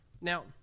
Now